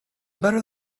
better